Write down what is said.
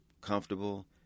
comfortable